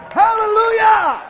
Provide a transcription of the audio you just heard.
hallelujah